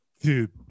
dude